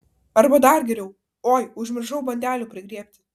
arba dar geriau oi užmiršau bandelių prigriebti